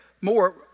more